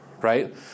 right